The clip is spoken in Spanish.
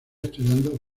estudiando